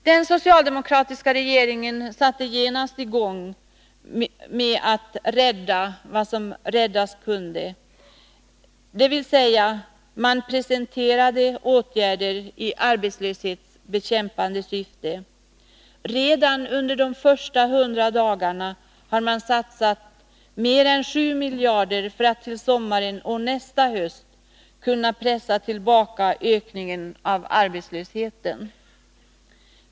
Den socialdemokratiska regeringen satte genast i gång med att rädda vad som räddas kunde och presenterade åtgärder i arbetslöshetsbekämpande syfte. Redan under de första hundra dagarna har man satsat mer än 7 miljarder för att till sommaren och nästa höst kunna pressa tillbaka ökningen av arbetslösheten.